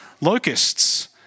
locusts